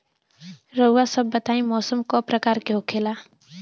रउआ सभ बताई मौसम क प्रकार के होखेला?